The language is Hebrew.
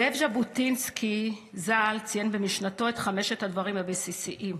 זאב ז'בוטינסקי ז"ל ציין במשנתו את חמשת הדברים הבסיסיים: